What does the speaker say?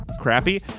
crappy